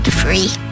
free